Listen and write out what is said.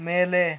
ಮೇಲೆ